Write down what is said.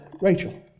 Rachel